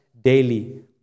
daily